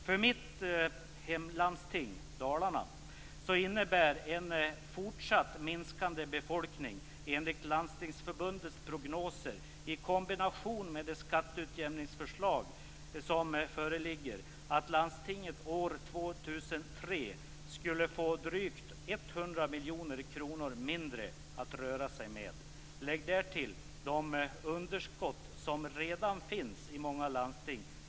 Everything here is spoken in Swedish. För mitt hemlandsting, Dalarna, innebär en fortsatt minskande befolkning, enligt Landstingsförbundets prognoser, i kombination med det skatteutjämningsförslag som föreligger att landstinget år 2003 skulle få drygt 100 miljoner kronor mindre att röra sig med. Lägg därtill de underskott som redan finns i många landsting.